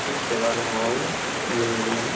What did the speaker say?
ઠીક છે કાલે હું આવું જોઈ લઈએ